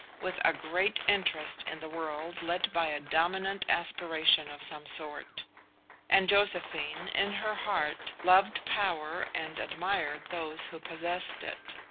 with a great interest in the world led by a dominant aspiration of some sort and josephine, in her heart, loved power and admired those who possessed it.